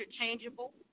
interchangeable